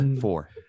four